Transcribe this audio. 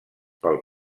pel